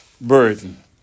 burden